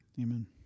Amen